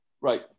Right